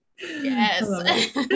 Yes